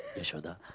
yashoda,